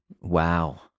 Wow